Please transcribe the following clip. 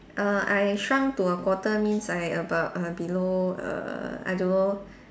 err I shrunk to a quarter means I about err below err I don't know